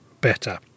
better